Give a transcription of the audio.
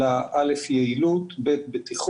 א', על היעילות, ב', על הבטיחות,